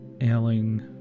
ailing